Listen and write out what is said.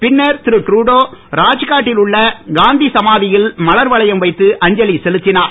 பின்னர் திருட்ருடோ ராத்காட் டில் உள்ள காந்தி சமாதியில் மலர்வளையம் வைத்து அஞ்சலி செலுத்திஞர்